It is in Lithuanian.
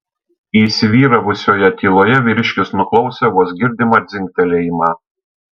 įsivyravusioje tyloje vyriškis nuklausė vos girdimą dzingtelėjimą